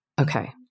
Okay